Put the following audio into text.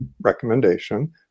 recommendation